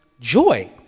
joy